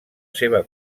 seva